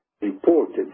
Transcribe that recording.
reported